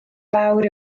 fawr